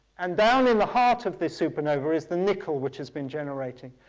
and down in the heart of this supernova is the nickel which has been generating.